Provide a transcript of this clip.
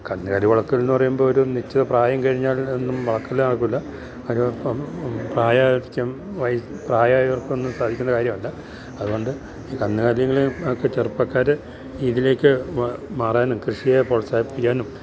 കന്നുകാലി വളർത്തലെന്ന് പറയുമ്പോള് ഒരു നിശ്ചിത പ്രായം കഴിഞ്ഞാൽ ഒന്നും വളര്ത്തല് നടക്കില്ല പ്രായമായവർക്കൊന്നും സാധിക്കുന്ന കാര്യമല്ല അതുകൊണ്ട് ഈ കന്നുകാലികളെ ഒക്കെ ചെറുപ്പക്കാര് ഇതിലേക്ക് മാറാനും കൃഷിയെ പ്രോത്സാഹിപ്പിക്കാനും